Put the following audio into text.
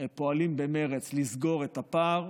ופועלים במרץ לסגור את הפער.